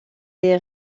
est